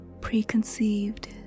preconceived